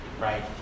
right